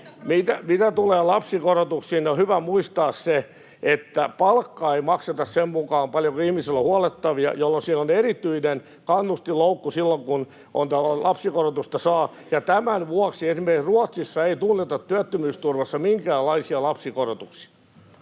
niin on hyvä muistaa, että palkkaa ei makseta sen mukaan, paljonko ihmisillä on huollettavia, jolloin siellä on erityinen kannustinloukku silloin, kun lapsikorotusta saa, ja tämän vuoksi esimerkiksi Ruotsissa ei tunneta työttömyysturvassa minkäänlaisia lapsikorotuksia.